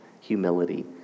humility